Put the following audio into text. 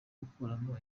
gukuramo